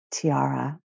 tiara